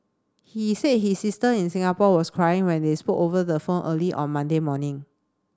he said his sister in Singapore was crying when they spoke over the phone early on Monday morning